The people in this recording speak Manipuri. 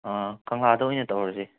ꯀꯪꯂꯥꯗ ꯑꯣꯏꯅ ꯇꯧꯔꯁꯦ